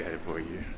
before you